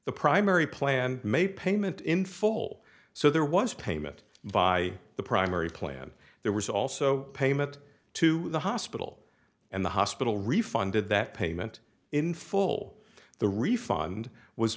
the primary plan made payment in full so there was payment by the primary plan there was also a payment to the hospital and the hospital refunded that payment in full the refund was